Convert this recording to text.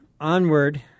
onward